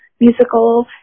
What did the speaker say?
musical